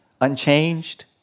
unchanged